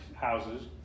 houses